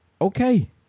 Okay